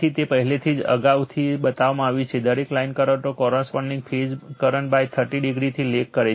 તેથી તે પહેલેથી જ અગાઉ બતાવવામાં આવ્યું છે દરેક line current corresponding phase current 30o થી લેગ કરે છે